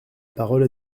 parole